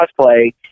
cosplay